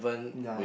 ya